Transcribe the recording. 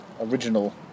original